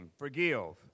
forgive